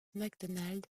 macdonald